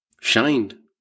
shined